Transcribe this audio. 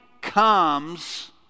comes